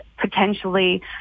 potentially